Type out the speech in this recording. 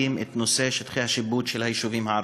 את נושא שטחי השיפוט של היישובים הערביים.